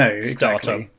startup